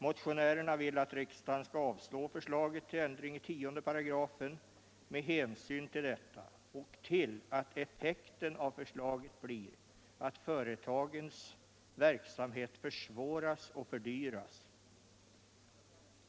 Motionärerna vill att riksdagen skall avslå förslaget till ändring i 10 § med hänsyn till detta och till att effekten av förslaget blir att företagens verksamhet försvåras och fördyras.